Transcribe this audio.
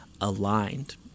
aligned